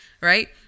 right